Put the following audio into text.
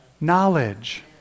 Knowledge